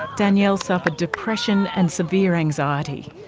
danielle suffered depression and severe anxiety.